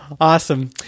Awesome